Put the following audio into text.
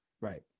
Right